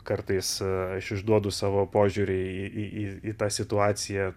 kartais aš išduodu savo požiūrį į į į į tą situaciją